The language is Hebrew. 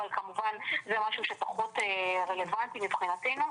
אבל כמובן זה משהו שפחות רלוונטי מבחינתנו.